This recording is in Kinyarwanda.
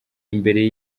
imbere